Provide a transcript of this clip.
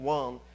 one